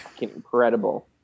incredible